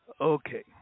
Okay